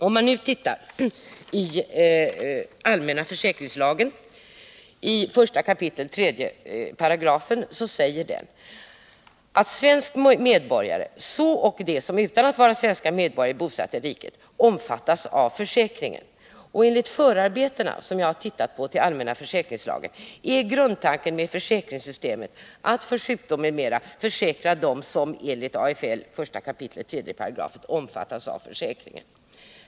Om man nu tittar i I kap. 3 § lagen om allmän försäkring, finner man att den säger, att ”svenska medborgare, så ock de som utan att vara svenska medborgare äro bosatta i riket” omfattas av försäkringen. Enligt förarbetena till lagen om allmän försäkring är grundtanken med försäkringssystemet att för sjukdom m.m. försäkra dem som enligt 1 kap. 3§ AFL omfattas av försäkringen.